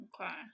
Okay